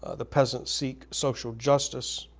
ah the peasants seek social justice.